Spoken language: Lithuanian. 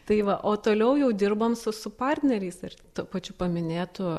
tai va o toliau jau dirbam su partneriais ir tuo pačiu paminėtu